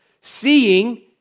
Seeing